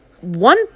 one